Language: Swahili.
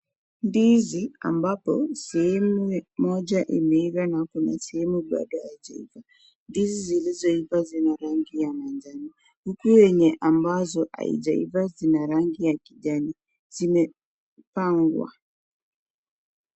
Ndizi ambapo sehemu moja imeiva na kuna sehemu bado haijaiva. Ndizi zilizoiva zina rangi ya manjano uku yenye ambazo haijaiva zina rangi ya kijani, zimepangwa.